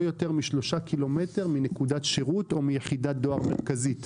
יותר מ-3 קילומטרים מנקודת שירות או מיחידת דואר מרכזית.